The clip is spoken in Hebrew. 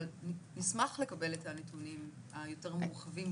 אבל נשמח לקבל את הנתונים היותר מורכבים,